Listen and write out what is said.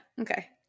Okay